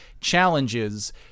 challenges